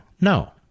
No